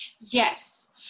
Yes